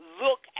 look